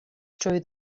true